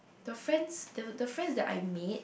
the friends the the friends that I made